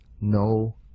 no